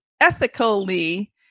ethically